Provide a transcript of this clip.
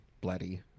Bloody